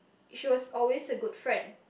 she was always a good friend